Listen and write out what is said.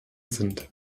sind